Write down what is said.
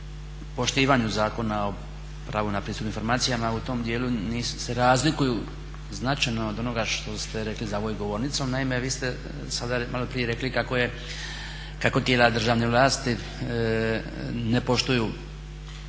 o poštivanju Zakona o pravu na pristup informacijama u tom dijelu se razlikuju značajno od onoga što ste rekli za ovom govornicom. Naime, vi ste sada malo prije rekli kako tijela državne vlasti ne poštuju